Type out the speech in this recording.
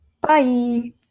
Bye